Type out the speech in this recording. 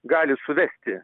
gali suvesti